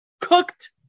Cooked